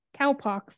cowpox